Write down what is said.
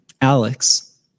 Alex